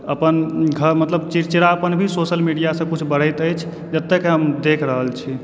अपन घर मतलब चिड़चिड़ापन भी सोशल मीडिया सऽ कुछ बढैत अछि जतेक हम देख रहल छी